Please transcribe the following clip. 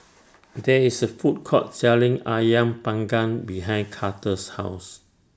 There IS A Food Court Selling Ayam Panggang behind Carter's House